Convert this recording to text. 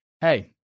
hey